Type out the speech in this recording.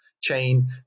chain